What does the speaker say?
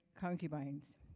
concubines